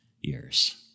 years